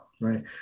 right